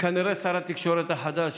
כנראה, שר התקשורת החדש,